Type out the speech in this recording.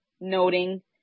noting